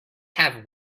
have